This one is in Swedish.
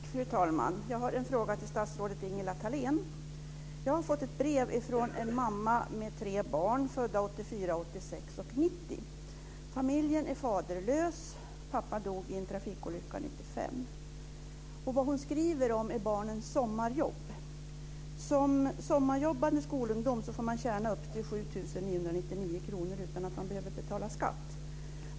Fru talman! Jag har en fråga till statsrådet Ingela Thalén. Jag har fått ett brev från en mamma med tre barn, födda 84, 86 och 90. Barnen är faderlösa. Pappan dog i en trafikolycka 95. Vad hon skriver om är barnens sommarjobb. Som sommarjobbande skolungdom får man tjäna upp till 7 999 kr utan att man behöver betala skatt.